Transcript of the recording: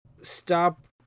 stop